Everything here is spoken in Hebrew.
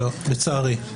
לא, לצערי.